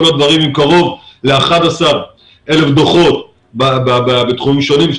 וכל זה הביא למתן 11,000 דוחות בתחומים שונים,